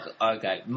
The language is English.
Okay